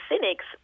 cynics